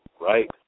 right